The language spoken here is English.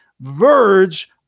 verge